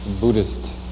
Buddhist